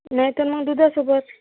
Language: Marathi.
नाही तर मग दुधासोबत